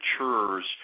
matures